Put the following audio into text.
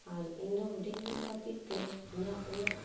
ᱟᱨ ᱤᱧᱫᱚ ᱦᱩᱲᱤᱧ ᱦᱚᱲ ᱠᱷᱟᱹᱛᱤᱨᱛᱮ ᱤᱧᱟᱹᱜ ᱩᱱᱟᱹᱜ